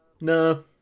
no